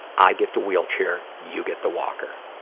i get the wheelchair you get the walker.